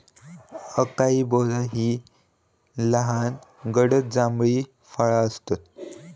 acai berry ही लहान गडद जांभळी फळा आसतत